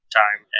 time